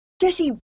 Jesse